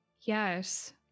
Yes